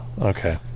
okay